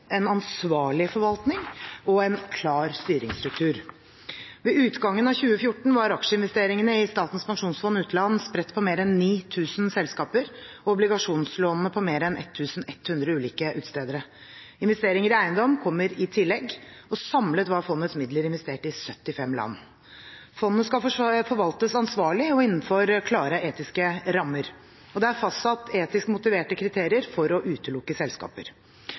en ansvarlig forvaltning og en klar styringsstruktur. Ved utgangen av 2014 var aksjeinvesteringene i Statens pensjonsfond utland spredt på mer enn 9 000 selskaper og obligasjonslånene på mer enn 1 100 ulike utstedere. Investeringer i eiendom kommer i tillegg. Samlet var fondets midler investert i 75 land. Fondet skal forvaltes ansvarlig og innenfor klare etiske rammer, og det er fastsatt etisk motiverte kriterier for å utelukke selskaper.